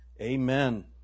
amen